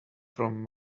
from